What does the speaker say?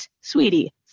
sweetie